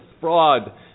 fraud